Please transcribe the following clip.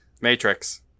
Matrix